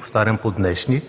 повтарям по днешни,